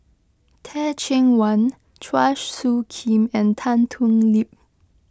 Teh Cheang Wan Chua Soo Khim and Tan Thoon Lip